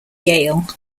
yale